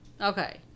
okay